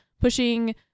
pushing